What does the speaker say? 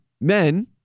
men